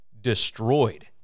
destroyed